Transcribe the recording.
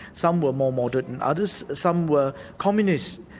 some were more modern than others, some were communists,